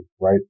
right